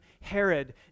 Herod